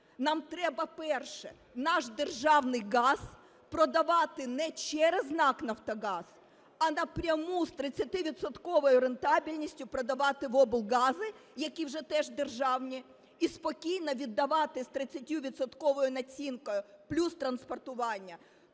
Нам треба перше – наш державний газ продавати не через НАК "Нафтогаз", а напряму з 30-відсотковою рентабельністю продавати в облгази, які вже теж державні, і спокійно віддавати з 30-відсотковою націнкою плюс транспортування,